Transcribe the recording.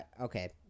okay